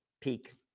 peak